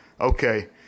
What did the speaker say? okay